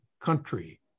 country